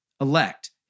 elect